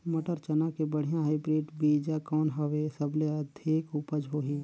मटर, चना के बढ़िया हाईब्रिड बीजा कौन हवय? सबले अधिक उपज होही?